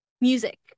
music